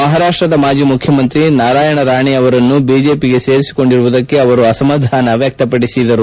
ಮಹಾರಾಷ್ಟದ ಮಾಜಿ ಮುಖ್ಯಮಂತ್ರಿ ನಾರಾಯಣ್ ರಾಣೆ ಅವರನ್ನು ಬಿಜೆಪಿಗೆ ಸೇರಿಸಿಕೊಂಡಿರುವುದಕ್ಕೆ ಅಸಮಾಧಾನ ವ್ಯಕ್ತಪಡಿಸಿದರು